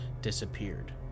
disappeared